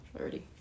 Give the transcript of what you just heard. already